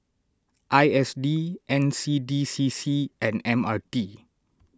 I S D N C D C C and M R T